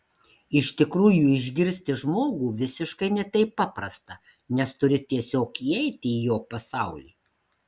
iš tikrųjų išgirsti žmogų visiškai ne taip paprasta nes turi tiesiog įeiti į jo pasaulį